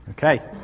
Okay